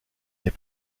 des